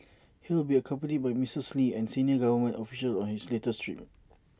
he will be accompanied by Mrs lee and senior government officials on his latest trip